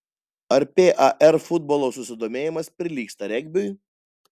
ar par futbolo susidomėjimas prilygsta regbiui